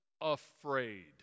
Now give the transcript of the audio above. afraid